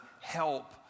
help